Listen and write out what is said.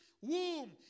womb